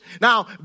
Now